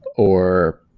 or